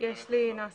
לי נוסח.